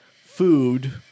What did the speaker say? food